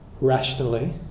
rationally